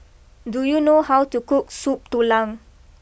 do you know how to cook Soup Tulang